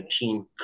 team